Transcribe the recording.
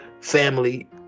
Family